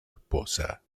esposa